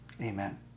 amen